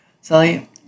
Sally